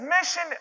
mission